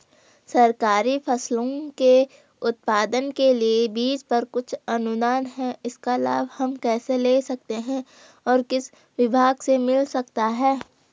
सरकारी फसलों के उत्पादन के लिए बीज पर कुछ अनुदान है इसका लाभ हम कैसे ले सकते हैं और किस विभाग से मिल सकता है?